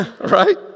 right